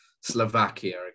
Slovakia